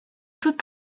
toute